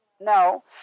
No